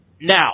Now